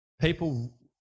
People